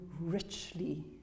richly